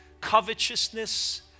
covetousness